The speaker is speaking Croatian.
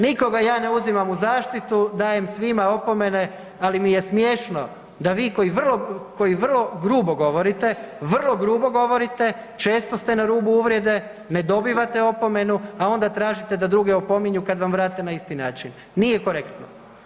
Nikoga ja ne uzimam u zaštitu dajem svima opomene, ali mi je smiješno da vi koji vrlo grubo govorite, vrlo grubo govorite, često ste na rubu uvrede ne dobivate opomenu, a onda tražite da druge opominju kada vam vrate na isti način, nije korektno.